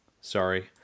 Sorry